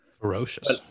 Ferocious